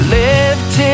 lifted